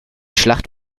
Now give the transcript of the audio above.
schlacht